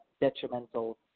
detrimental